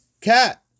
cat